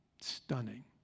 stunning